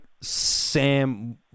Sam